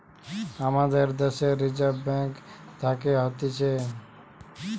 আমাদের দ্যাশের reserve bank থাকে হতিছে